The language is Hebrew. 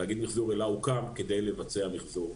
תאגיד מיחזור אל"ה הוקם כדי לבצע מיחזור.